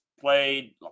played